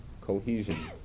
cohesion